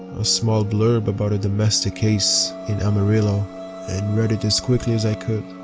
a small blurb about a domestic case in amarillo and read it as quick as i could.